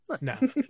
No